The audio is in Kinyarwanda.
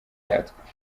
yatwo